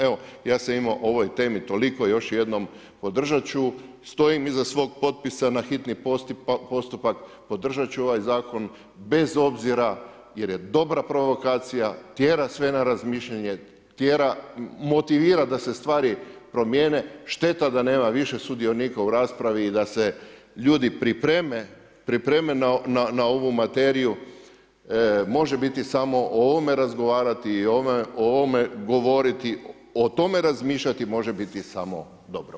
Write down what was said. Evo, ja sam imao o ovoj temi toliko, još jednom podržati ću, stojim iza svoga potpisa na hitni postupak, podržati ću ovaj zakon bez obzira jer je dobra provokacija, tjera sve na razmišljanje, tjera, motivira da se stvari promijene, šteta da nema više sudionika u raspravi i da se ljudi pripreme, pripreme na ovu materiju, može biti samo o ovome razgovarati i o ovome govoriti, o tome razmišljati može biti samo dobro.